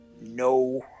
no